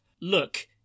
look